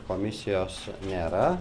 komisijos nėra